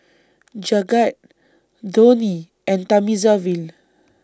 Jagat Dhoni and Thamizhavel